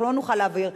לא נוכל להעביר,